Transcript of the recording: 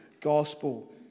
gospel